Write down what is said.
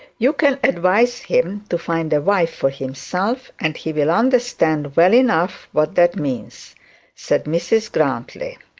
you can advise him to find a wife for himself, and he will understand well enough what that means said mrs grantly.